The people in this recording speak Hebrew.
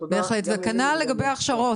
ותודה --- וכנ"ל לגבי ההכשרות,